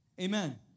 Amen